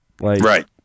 Right